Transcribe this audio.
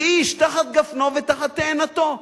ואיש תחת גפנו ותחת תאנתו.